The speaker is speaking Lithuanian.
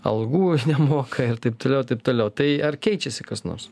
algų nemoka ir taip toliau ir taip toliau tai ar keičiasi kas nors